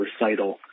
recital